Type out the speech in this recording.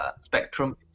spectrum